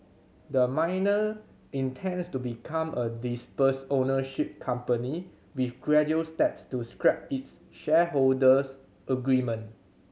the miner intends to become a dispersed ownership company with gradual steps to scrap its shareholders agreement